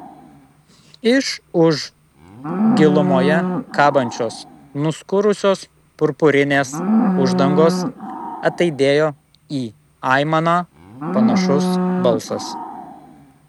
iš už gilumoje kabančios nuskurusios purpurinės uždangos ataidėjo į aimaną panašus balsas